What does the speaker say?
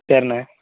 சேரிண்ண